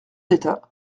d’état